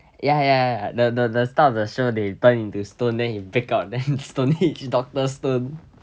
ya ya ya the the the start of the show they turn into stone then it break out then it's stone age doctor stone